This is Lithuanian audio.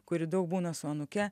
kuri daug būna su anūke